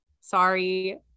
Sorry